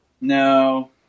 No